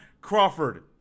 Crawford